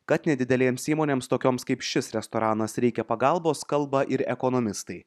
kad nedidelėms įmonėms tokioms kaip šis restoranas reikia pagalbos kalba ir ekonomistai